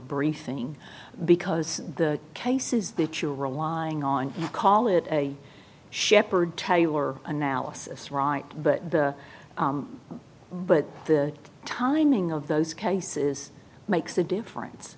briefing because the cases that you're relying on call it a shepherd tell you or analysis right but the but the timing of those cases makes a difference